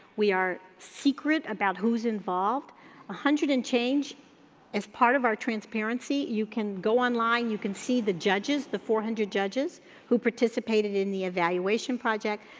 we are secret about who's involved, one hundred and change is part of our transparency, you can go online, you can see the judges, the four hundred judges who participated in the evaluation project.